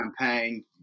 campaign